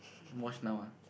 watch now ah